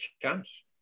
chance